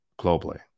globally